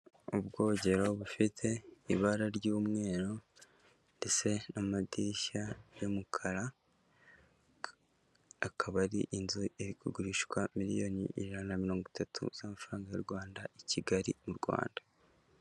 Ubwogero bufite ibara ry'umweru ndetse n'amadirishya y'umukara, akaba ari inzu iri kugurishwa miliyoni ijana na mirongo itatu z'amafaranga y'u Rwanda i Kigali mu Rwanda.